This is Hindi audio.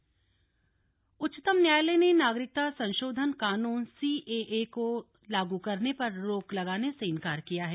नागरिकता संशोधन बिल उच्चतम न्यायालय ने नागरिकता संशोधन कानून सीएए को लागू करने पर रोक लगाने से इंकार किया है